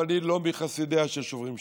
ואני לא מחסידיה של שוברים שתיקה,